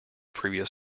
previous